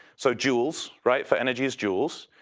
so joules, right, for energy, it's joules.